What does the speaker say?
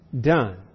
done